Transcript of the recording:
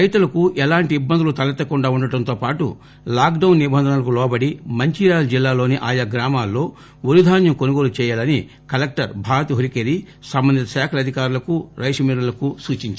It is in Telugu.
రైతులకు ఎలాంటి ఇబ్బందులు తలెత్తకుండా ఉండటంతో పాటు లాక్ డౌన్ నిబంధనలకు లోబడి మంచిర్యాల జిల్లాలోని ఆయా గ్రామాల్లో వరిధాన్యం కొనుగొలు చేయాలని కలెక్టర్ భారతి హొలికేరి సంబంధిత శాఖల అధికారులకు రైస్ మిల్లర్లకు సూచించారు